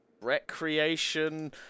Recreation